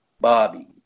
Bobby